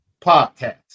podcast